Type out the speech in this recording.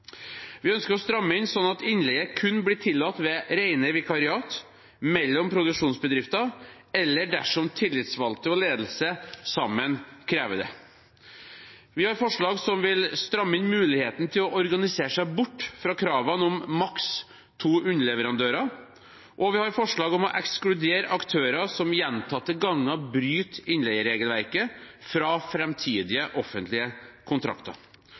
Vi ønsker å stramme inn sånn at innleie kun blir tillatt ved rene vikariater mellom produksjonsbedrifter eller dersom tillitsvalgte og ledelse sammen krever det. Vi har forslag som vil stramme inn muligheten til å organisere seg bort fra kravet om maks to underleverandører. Og vi har forslag om å ekskludere aktører som gjentatte ganger bryter innleieregelverket, fra framtidige offentlige kontrakter.